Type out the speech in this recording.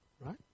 right